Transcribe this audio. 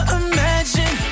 imagine